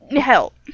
help